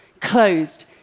closed